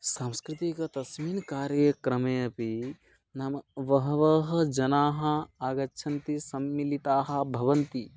सांस्कृतिकः तस्मिन् कार्येक्रमे अपि नाम बहवः जनाः आगच्छन्ति सम्मिलिताः भवन्ति